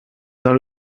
dans